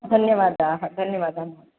धन्यवादाः धन्यवादाः